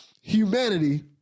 Humanity